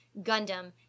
gundam